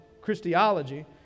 Christology